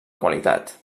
qualitat